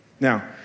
Now